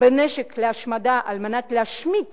בנשק להשמדה על מנת להשמיד